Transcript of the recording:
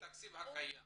התקציב הקיים.